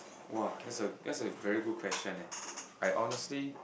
!wow! that's a that's a very good question eh I honestly